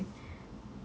mmhmm